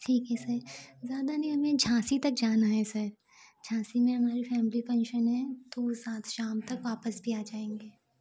ठीक है सर ज़्यादा नहीं हमें झांसी तक जाना है सर झांसी में हमारा फैमिली फंक्शन है तो वो सात शाम सात तक वापस भी आ जाएंगे